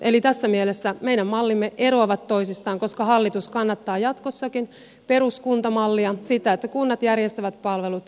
eli tässä mielessä meidän mallimme eroavat toisistaan koska hallitus kannattaa jatkossakin peruskuntamallia sitä että kunnat järjestävät palvelut ja kehittävät alueita